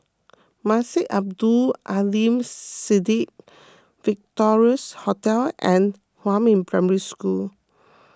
Masjid Abdul Aleem Siddique Victorias Hotel and Huamin Primary School